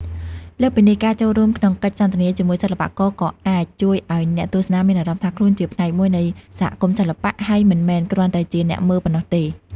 លើសពីនេះ ការចូលរួមក្នុងកិច្ចសន្ទនាជាមួយសិល្បករក៏អាចជួយឲ្យអ្នកទស្សនាមានអារម្មណ៍ថាខ្លួនជាផ្នែកមួយនៃសហគមន៍សិល្បៈ ហើយមិនមែនគ្រាន់តែជាអ្នកមើលប៉ុណ្ណោះទេ។